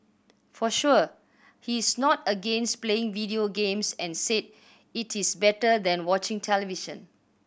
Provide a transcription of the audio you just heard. for sure he is not against playing video games and said it is better than watching television